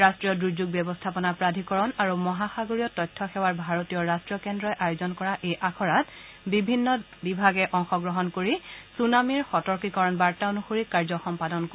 ৰষ্ট্ৰীয় দুৰ্যোগ ব্যৱস্থাপনা প্ৰাধিকৰণ আৰু মহাসাগৰীয় তথ্য সেৱাৰ ভাৰতীয় ৰষ্ট্ৰীয় কেন্দ্ৰই আয়োজন কৰা এই আখৰাত বিভিন্ন অংশগ্ৰহণ কৰি ছুনামিৰ সতকীকৰণ বাৰ্তা অনুসৰি কাৰ্য সম্পাদন কৰিব